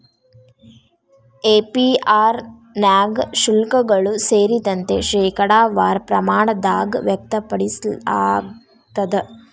APR ನ್ಯಾಗ ಶುಲ್ಕಗಳು ಸೇರಿದಂತೆ, ಶೇಕಡಾವಾರ ಪ್ರಮಾಣದಾಗ್ ವ್ಯಕ್ತಪಡಿಸಲಾಗ್ತದ